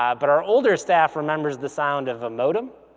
um but our older staff remembers the sound of a modem,